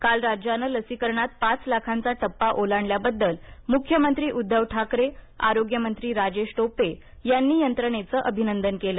काल राज्याने लसीकरणात पाच लाखांचा टप्पा ओलांडल्याबद्दल मुख्यमंत्री उद्दव ठाकरे आरोग्यमंत्री राजेश टोपे यांनी यंत्रणेचं अभिनंदन केलं